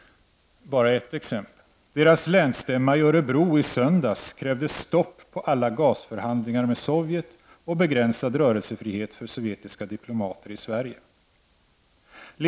Bara ett exempel: På deras länsstämma i Örebro i söndags krävdes ett stopp för alla gasförhandlingar med Sovjet och begränsad rörelsefrihet för sovjetiska diplomater i Sverige.